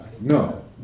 No